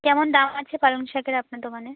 কেমন দাম আছে পালং শাকের আপনার দোকানে